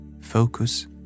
Focus